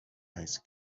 ice